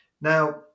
Now